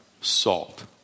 salt